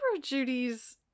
Judy's